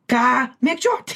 ką mėgdžiot